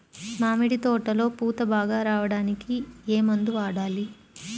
మామిడి తోటలో పూత బాగా రావడానికి ఏ మందు వాడాలి?